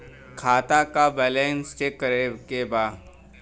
खाता का balance check करे के बा?